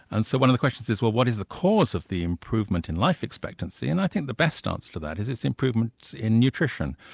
and so one of the questions is, well what is the cause of the improvement in life expectancy, and i think the best answer to that is it's improvement in nutrition,